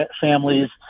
families